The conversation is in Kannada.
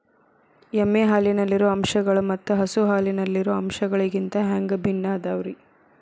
ಎಮ್ಮೆ ಹಾಲಿನಲ್ಲಿರೋ ಅಂಶಗಳು ಮತ್ತ ಹಸು ಹಾಲಿನಲ್ಲಿರೋ ಅಂಶಗಳಿಗಿಂತ ಹ್ಯಾಂಗ ಭಿನ್ನ ಅದಾವ್ರಿ?